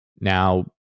Now